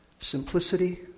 Simplicity